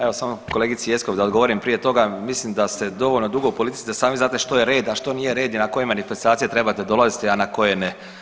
Evo samo kolegici Jeckov da odgovorim prije toga, mislim da ste dovoljno dugo u politici da sami znate što je red, a što nije red i na koje manifestacije trebate dolaziti, a na koje ne.